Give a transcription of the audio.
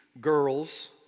girls